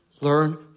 Learn